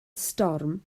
storm